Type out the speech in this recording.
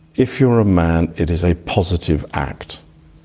if you're a man, it is a positive act.